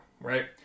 right